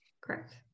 Correct